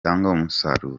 umusaruro